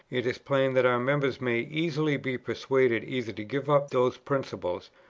it is plain that our members may easily be persuaded either to give up those principles,